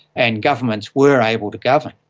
and governments were able to govern.